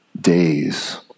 days